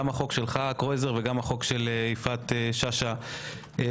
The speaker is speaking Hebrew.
החוק שלך, קרויזר, וגם החוק של יפעת שאשא ביטון.